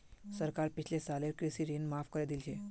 सरकार पिछले सालेर कृषि ऋण माफ़ करे दिल छेक